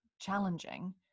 challenging